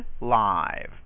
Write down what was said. live